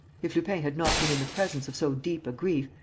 if lupin had not been in the presence of so deep a grief,